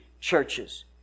churches